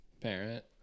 parent